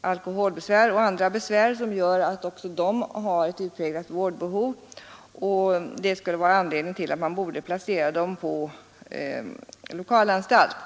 alkoholbesvär och andra besvär som gör att också de har ett utpräglat vårdbehov och därför borde placeras på lokalanstalt.